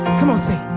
c'mon say